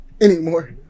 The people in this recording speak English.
anymore